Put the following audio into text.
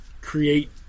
create